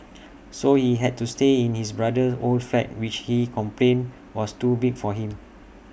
so he had to stay in his brother's old flat which he complained was too big for him